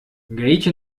гаити